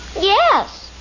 yes